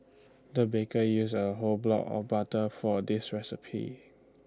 the baker used A whole block of butter for this recipe